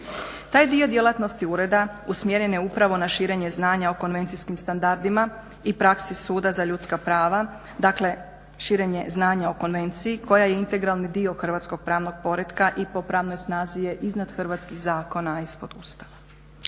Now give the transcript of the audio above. Taj dio djelatnosti Ureda usmjeren je upravo na širenje znanja o konvencijskim standardima i praksi Suda za ljudska prava. Dakle, širenje znanja o Konvenciji koja je integralni dio hrvatskog pravnog poretka i po pravnoj snazi je iznad hrvatskih zakona, a ispod Ustava.